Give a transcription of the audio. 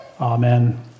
Amen